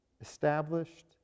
established